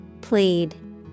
Plead